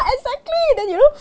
exactly then you know